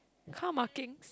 car markings